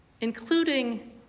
including